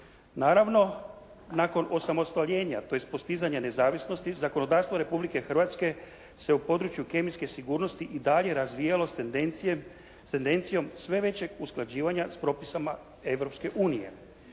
Naravno nakon osamostaljenja tj. postizanja nezavisnosti zakonodavstvo Republike Hrvatske se u području kemijske sigurnosti i dalje razvijalo s tendencijom sve većeg usklađivanja s propisima